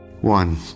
one